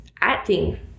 acting